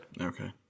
Okay